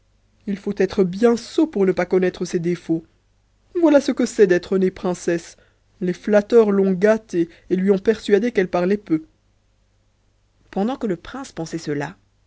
il faut être bien sot pour ne pas connaître ses défauts voilà ce que c'est d'être née princesse les flatteurs l'ont gâtée et lui ont persuadé qu'elle parlait peu pendant que le prince pensait cela